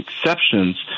exceptions